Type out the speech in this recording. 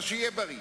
אז שיהיה בריא.